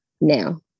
now